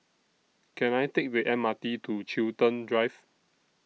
Can I Take The M R T to Chiltern Drive